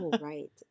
right